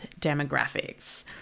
demographics